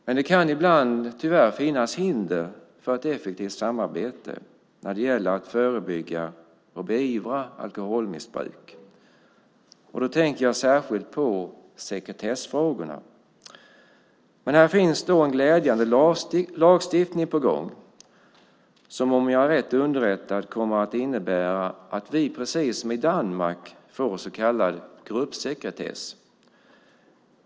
Men det kan ibland tyvärr finnas hinder för ett effektivt samarbete när det gäller att förebygga och beivra alkoholmissbruk. Då tänker jag särskilt på sekretessfrågorna. Men här är en glädjande lagstiftning på gång som, om jag är rätt underrättad, kommer att innebära att vi precis som i Danmark får så kallad gruppsekretess.